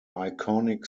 iconic